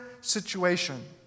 situation